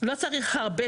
לא צריך הרבה